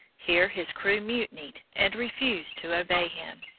here his crew mutinied and refused to obey him.